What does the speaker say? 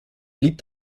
blieb